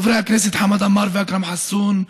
חברי הכנסת חמד עמאר ואכרם חסון,